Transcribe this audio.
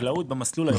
בחקלאות במסלול הירוק,